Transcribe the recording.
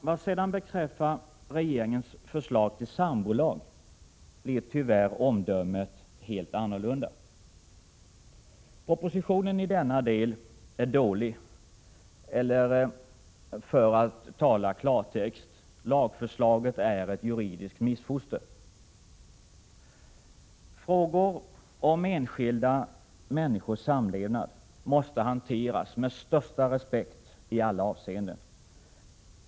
Vad sedan beträffar regeringens förslag till sambolag blir tyvärr omdömet helt annorlunda. Propositionen i denna del är dålig, eller för att tala i klartext: Lagförslaget är ett juridiskt missfoster. Frågor om enskilda människors samlevnad måste hanteras med största respekt i alla avseenden.